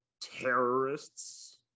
terrorists